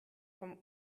vom